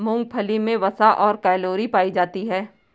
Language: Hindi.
मूंगफली मे वसा और कैलोरी पायी जाती है